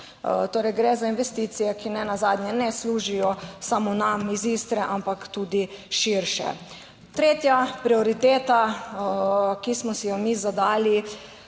torej, gre za investicije, ki nenazadnje ne služijo samo nam iz Istre, ampak tudi širše. Tretja prioriteta, ki smo si jo mi zadali